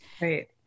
right